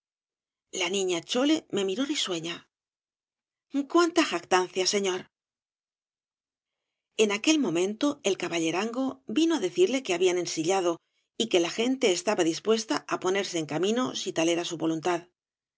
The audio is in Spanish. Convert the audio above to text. la niña chole me miró risueña icuánta jactancia señor zz s obras de valle inclan ss en aquel momento el caballerango vino á decirle que habían ensillado y que la gente estaba dispuesta á ponerse en camino si tal era su voluntad